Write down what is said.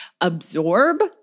absorb